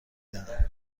دهم